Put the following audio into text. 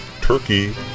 Turkey